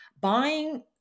buying